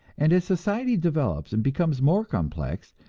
and as society develops and becomes more complex,